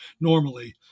normally